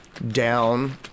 down